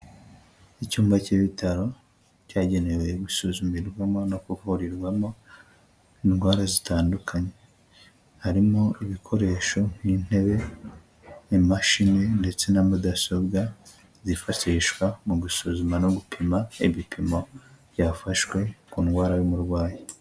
Icyumba cy'ibitaro cyagenewe gusumirwamo no kuvurirwamo indwara zitandukanye, harimo ibikoresho nk'intebe, imashini ndetse na mudasobwa zifashishwa mu gusuzuma no gupima ibipimo byafashwe ku ndwara y'umurwayi.